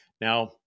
Now